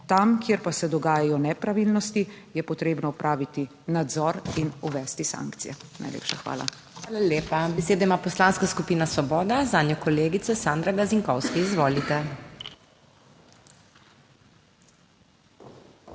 Tam, kjer pa se dogajajo nepravilnosti, je potrebno opraviti nadzor in uvesti sankcije. Najlepša hvala. PODPREDSEDNICA MAG. MEIRA HOT: Hvala lepa. Besedo ima Poslanska skupina Svoboda, zanjo kolegica Sandra Gazinkovski, izvolite.